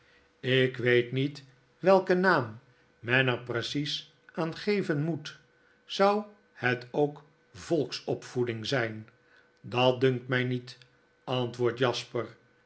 ik weet niet welken naam men er precies aan geven moet zou het ook volksopvoedingzijn dat dunkt mij niet antwoordt jasper